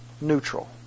neutral